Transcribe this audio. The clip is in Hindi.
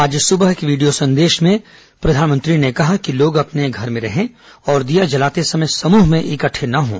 आज सुबह एक वीडियो संदेश में प्रधानमंत्री ने कहा कि लोग अपने घर में रहें और दिया जलाते समय समूह में एकत्र ैन हों